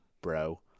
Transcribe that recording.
bro